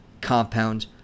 compound